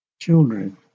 Children